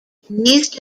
these